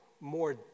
more